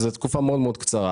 שזו תקופה מאוד מאוד קצרה,